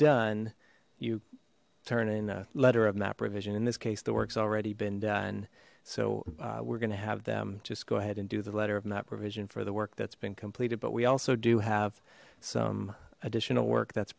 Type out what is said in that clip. done you turn in a letter of map revision in this case the works already been done so we're gonna have them just go ahead and do the letter of map provision for the work that's been completed but we also do have some additional work that's